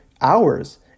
hours